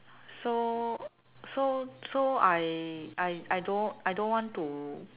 so so so I I I don't want I don't want to